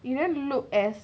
you didn't look as